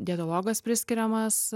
dietologas priskiriamas